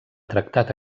tractat